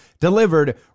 delivered